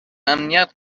امنیت